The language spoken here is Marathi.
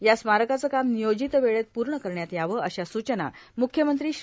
या स्मारकाचे काम नियोजित वेळेत पूर्ण करण्यात यावे अशा सुचना मुख्यमंत्री श्री